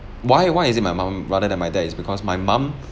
why why is it my mom rather than my dad is because my mum